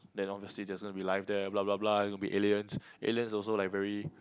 that long the sea there's going to be life there blah blah blah there gone be aliens aliens also like very